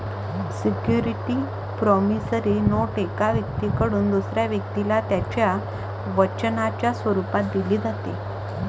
security promissory note एका व्यक्तीकडून दुसऱ्या व्यक्तीला त्याच्या वचनाच्या स्वरूपात दिली जाते